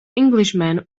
englishman